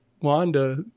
Wanda